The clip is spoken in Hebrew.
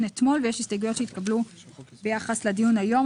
אתמול ויש הסתייגויות שהתקבלו ביחס לדיון היום.